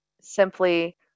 simply